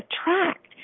attract